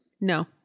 No